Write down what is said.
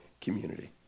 community